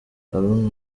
haruna